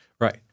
Right